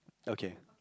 okay